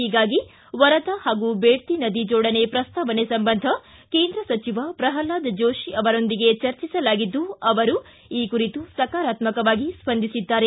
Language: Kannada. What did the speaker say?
ಹೀಗಾಗಿ ವರದಾ ಹಾಗೂ ಬೇಡ್ತಿ ನದಿ ಜೋಡಣೆ ಪ್ರಸ್ತಾವನೆ ಸಂಬಂಧ ಕೇಂದ್ರ ಸಚಿವ ಪ್ರಲ್ವಾದ ಜೋಶಿ ಅವರೊಂದಿಗೆ ಚರ್ಚಿಸಲಾಗಿದ್ದು ಅವರು ಈ ಕುರಿತು ಸಕರಾತ್ಸಕವಾಗಿ ಸ್ಪಂದಿಸಿದ್ದಾರೆ